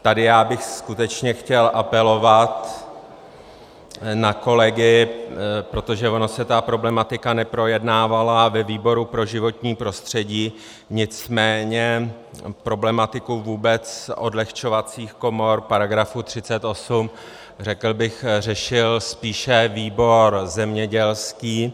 Tady já bych skutečně chtěl apelovat na kolegy, protože ona se ta problematika neprojednávala ve výboru pro životní prostředí, nicméně problematiku vůbec odlehčovacích komor § 38, řekl bych, řešil spíše výbor zemědělský.